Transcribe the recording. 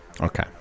Okay